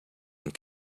and